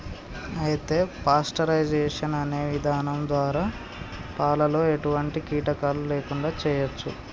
అయితే పాస్టరైజేషన్ అనే ఇధానం ద్వారా పాలలో ఎటువంటి కీటకాలు లేకుండా చేయచ్చు